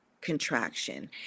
contraction